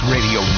Radio